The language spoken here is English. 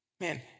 Man